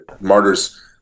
Martyrs